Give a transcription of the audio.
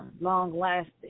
long-lasting